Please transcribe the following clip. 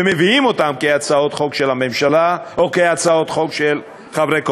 ומביאים אותן כהצעות חוק של הממשלה או כהצעות חוק של חברי קואליציה.